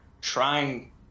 trying